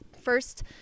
first